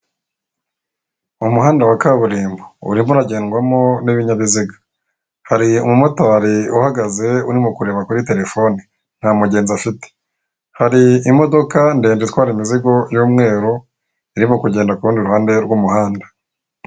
Umuhanda wa kaburimbo urimo uragendwamo n'ibinyabiziga hari umumotari uhagaze urimo kureba kuri terefone nta mugenzi afite hari imodoka ndende itwara imizigo y'umweru irimo kugenda kurundi ruhande rw'umuhanda.